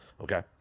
Okay